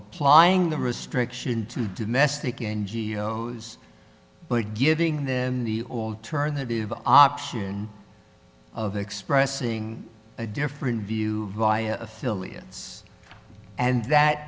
applying the restriction to domestic n g o s but giving them the alternative option of expressing a different view via affiliates and that